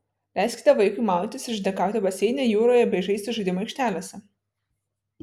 leiskite vaikui maudytis ir išdykauti baseine jūroje bei žaisti žaidimų aikštelėse